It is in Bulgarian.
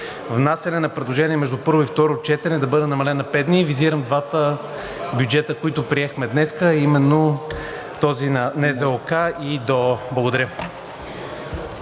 внасяне на предложения между първо и второ четене да бъде намален на пет дни, визирам двата бюджета, които приехме днес, а именно този на НЗОК и ДОО. Благодаря.